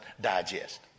Digest